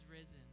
risen